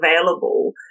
available